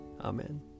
Amen